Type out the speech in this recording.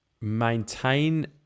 maintain